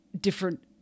different